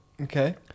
Okay